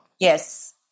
Yes